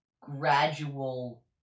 gradual